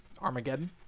Armageddon